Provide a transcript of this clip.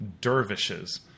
dervishes